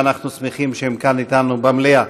ואנחנו שמחים שהם כאן אתנו במליאה.